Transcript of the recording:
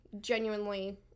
genuinely